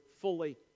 fully